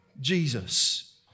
Jesus